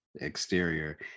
exterior